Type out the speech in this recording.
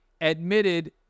admitted